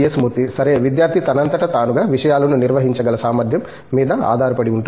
మూర్తి సరే విద్యార్థి తనంతట తానుగా విషయాలను నిర్వహించగల సామర్థ్యం మీద ఆధారపడి ఉంటుంది